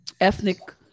ethnic